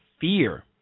fear